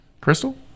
Crystal